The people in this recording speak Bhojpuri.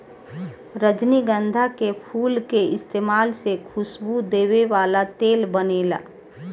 रजनीगंधा के फूल के इस्तमाल से खुशबू देवे वाला तेल बनेला